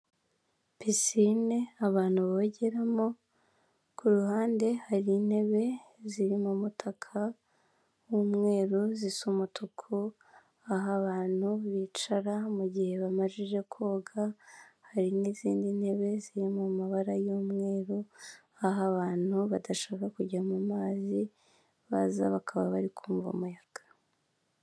Pisine abantu bogeramo, ku ruhande hari intebe ziri mu mutaka w'umweru, zisa umutuku, aho abantu bicara mu gihe bamajije koga, hari n'izindi ntebe ziri mu mabara y'umweru, aho abantu badashaka kujya mu mazi baza bakaba bari kumva umayaga.